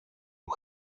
του